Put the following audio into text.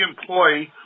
employee –